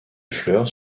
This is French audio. fleurs